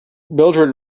mildrid